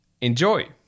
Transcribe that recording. Enjoy